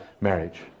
marriage